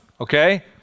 okay